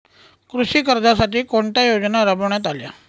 कृषी कर्जासाठी कोणत्या योजना राबविण्यात आल्या आहेत?